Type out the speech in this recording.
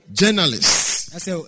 journalists